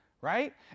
Right